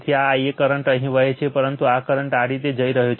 તેથી આ Ia current અહીં વહે છે પરંતુ આ કરંટ આ રીતે જઈ રહ્યો છે